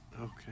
Okay